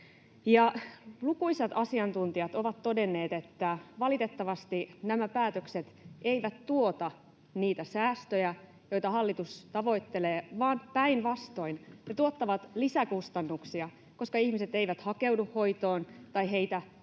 Lukuisat asiantuntijat ovat todenneet, että valitettavasti nämä päätökset eivät tuota niitä säästöjä, joita hallitus tavoittelee, vaan päinvastoin ne tuottavat lisäkustannuksia, koska ihmiset eivät hakeudu hoitoon tai heitä ei